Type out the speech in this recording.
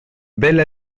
belle